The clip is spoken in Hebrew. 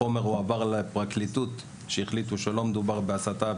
העברנו את החומר לפרקליטות והתגובה שקיבלנו היא שלא מדובר בהסתה,